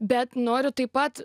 bet noriu taip pat